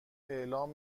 اعلام